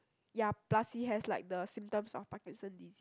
ya plus he has like the symptoms of Parkinson disea~